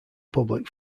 public